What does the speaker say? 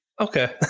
Okay